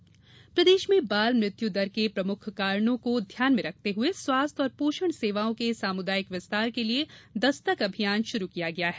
दस्तक अभियान प्रदेश में बाल मृत्यु दर के प्रमुख कारणों को ध्यान में रखते हुए स्वास्थ्य और पोषण सेवाओं के सामुदायिक विस्तार के लिये दस्तक अभियान शुरू किया गया है